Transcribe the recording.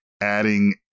adding